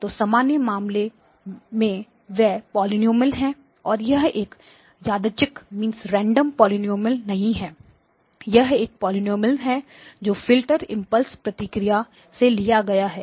तो सामान्य मामले में वे पॉलिनॉमियल हैं और यह एक यादृच्छिक पॉलिनॉमियल नहीं है यह एक पॉलिनॉमियल है जो फिल्टर इम्पल्स प्रतिक्रिया से लिया गया है